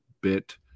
bit